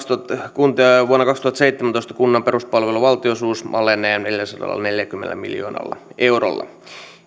vuonna kaksituhattaseitsemäntoista kunnan peruspalveluiden valtionosuus alenee neljälläsadallaneljälläkymmenellä miljoonalla eurolla